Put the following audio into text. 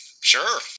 sure